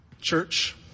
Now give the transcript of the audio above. Church